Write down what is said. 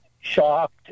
shocked